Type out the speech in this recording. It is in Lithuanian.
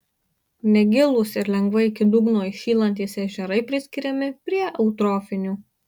negilūs ir lengvai iki dugno įšylantys ežerai priskiriami prie eutrofinių